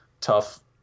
tough